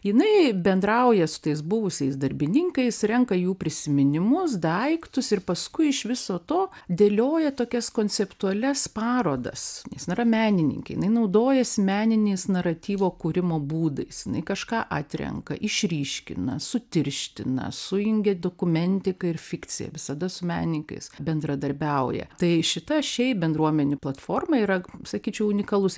jinai bendrauja su tais buvusiais darbininkais renka jų prisiminimus daiktus ir paskui iš viso to dėlioja tokias konceptualias parodas nes jin yra menininkė jinai naudojasi meniniais naratyvo kūrimo būdais jinai kažką atrenka išryškina sutirština sujungia dokumentiką ir fikciją visada su menininkais bendradarbiauja tai šita šiaip bendruomenių platforma yra sakyčiau unikalus